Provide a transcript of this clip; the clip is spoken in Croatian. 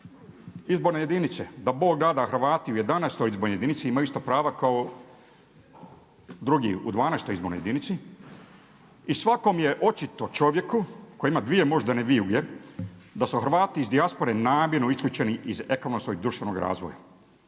izborne jedinice da Bog da da Hrvati u 11. izbornoj jedinici imaju ista prava kao drugi u 12.-oj izbornoj jedinici. I svakom je očito čovjeku koji ima dvije moždane vijuge da su Hrvati iz dijaspore namjerno isključeni iz ekonomskog i društvenog razvoja.